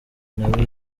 nawe